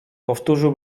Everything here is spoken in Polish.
powtórzył